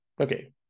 okay